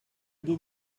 des